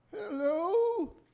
Hello